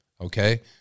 okay